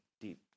deep